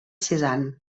cézanne